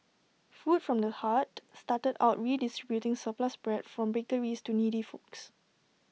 food from the heart started out redistributing surplus bread from bakeries to needy folks